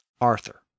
Arthur